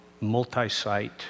multi-site